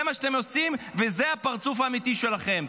זה מה שאתם עושים, וזה הפרצוף האמיתי שלכם.